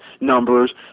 numbers